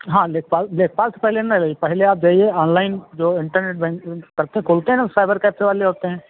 हाँ लेखपाल लेखपाल से पहले नै रहई पहले आप जाइए आनलाइन जो इंटरनेट बैंक करते खोलते हैं न साइबर कैफे वाले होते हैं